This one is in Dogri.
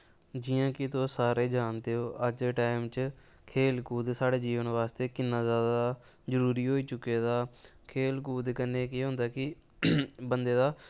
जि'यां कि तुस सारे जानदे ओ अज्ज दे टैम च खेल कूद साढ़े जीवन बास्तै किन्ना जैदा जरूरी होई चुके दा खेल कूद कन्नै केह् होंदा कि बंदे दा